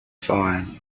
fine